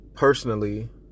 Personally